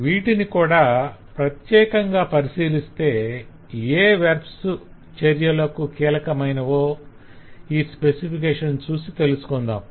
వీటిని కూడా ప్రత్యేకంగా పరిశీలిస్తే ఏ వెర్బ్స్ చర్యలకు కీలకమైనవో ఈ స్పెసిఫికేషన్ ను చూసి తెలుసుకుందాం